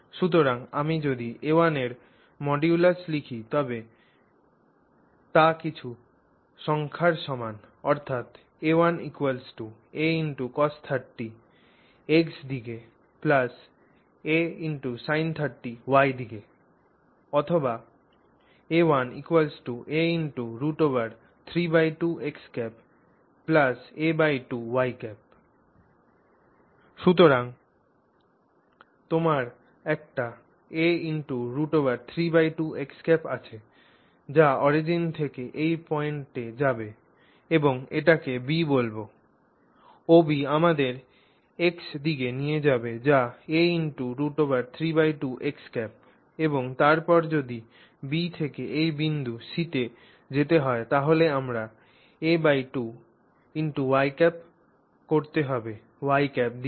সুতরাং আমি যদি a1 এর মডিউলাস লিখি তবে তা কিছু সংখ্যার সমান অর্থাৎ a1 acosX দিকে asinY দিকে অথবা a1 a √3 2 a 2 তোমার কাছে একটি a√32 আছে - যা অরিজিন থেকে এই পয়েন্টে যাবে আমি এটিকে B বলব OB আমাদের X দিকে নিয়ে যাবে যা a√32 এবং তারপর যদি B থেকে এই বিন্দু C তে যেতে হয় তাহলে আমাকে a2y ̂ করতে হবে y ̂ দিকে